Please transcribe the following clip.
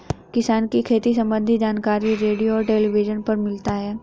किसान को खेती सम्बन्धी जानकारी रेडियो और टेलीविज़न पर मिलता है